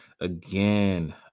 Again